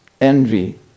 envy